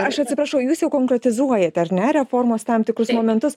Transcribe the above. aš atsiprašau jūs jau konkretizuojat ar ne reformos tam tikrus momentus